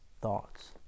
thoughts